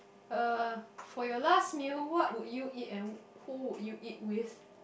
uh for your last meal what would you eat and who would you eat with